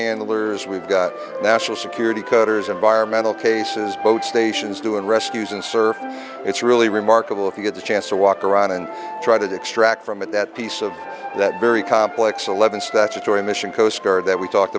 handlers we've got national security cutters environmental cases boat stations doing rescues and surf it's really remarkable if you get the chance to walk around and try to extract from it that piece of that very complex eleven statutory mission costar that we talked